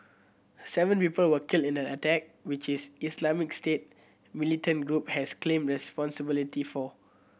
seven report were killed in the attack which is Islamic State militant group has claimed responsibility for